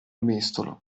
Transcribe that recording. mestolo